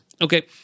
Okay